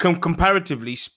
Comparatively